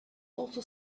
also